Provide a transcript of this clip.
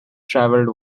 travelled